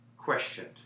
Questioned